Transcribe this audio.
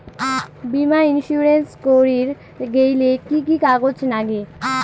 বীমা ইন্সুরেন্স করির গেইলে কি কি কাগজ নাগে?